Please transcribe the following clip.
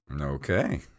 Okay